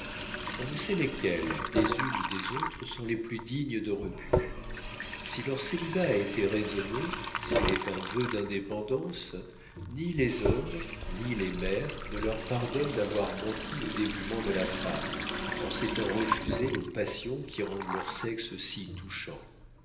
on ne sait lesquelles des unes ou des autres sont les plus dignes de rebut si leur célibat a été raisonné s'il est un vœu d'indépendance ni les hommes ni les mères ne leur pardonnent d'avoir menti au dévouement de la femme en s'étant refusées aux passions qui rendent leur sexe si touchant